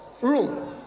room